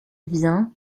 vient